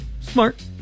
Smart